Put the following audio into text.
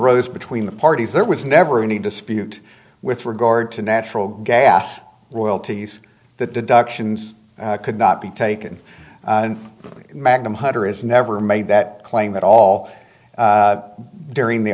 rose between the parties there was never any dispute with regard to natural gas royalties the deductions could not be taken magnum hunter is never made that claim that all during the